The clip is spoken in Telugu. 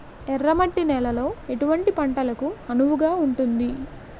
ఎర్ర మట్టి నేలలో ఎటువంటి పంటలకు అనువుగా ఉంటుంది?